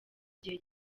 igihe